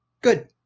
Good